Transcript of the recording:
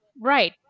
right